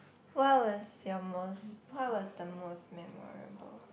what was your most what was the most memorable